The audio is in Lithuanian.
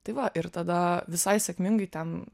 tai va ir tada visai sėkmingai ten